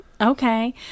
Okay